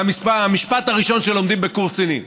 זה המשפט הראשון שלומדים בקורס קצינים,